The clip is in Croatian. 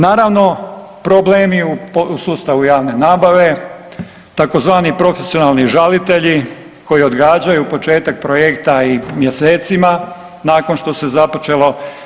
Naravno problemi u sustavu javne nabave tzv. profesionalni žalitelji koji odgađaju početak projekta i mjesecima nakon što se započelo.